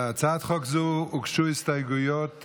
להצעת חוק זו הוגשו הסתייגויות,